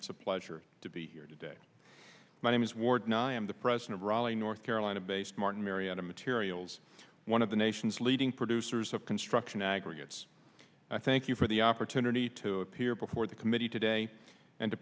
it's a pleasure to be here today my name is ward and i am the president of raleigh north carolina based martin marietta materials one of the nation's leading producers of construction aggregates i thank you for the opportunity to appear before the committee today and to